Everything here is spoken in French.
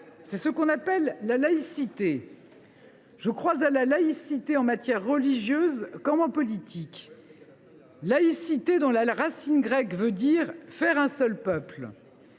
C’est ce qu’on appelle “laïcité”. « Je crois à la laïcité en matière religieuse comme en politique, cette laïcité dont la racine grecque veut dire “faire un seul peuple”.